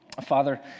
Father